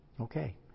Okay